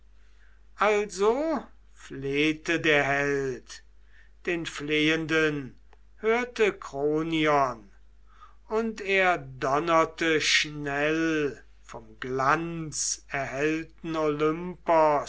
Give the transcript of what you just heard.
also flehte der held den flehenden hörte kronion und er donnerte schnell vom glanzerhellten